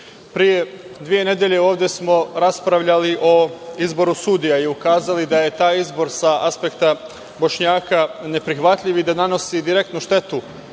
dve nedelje ovde smo raspravljali o izboru sudija i ukazali da je taj izbor sa aspekta Bošnjaka neprihvatljiv i da nanosi direktnu štetu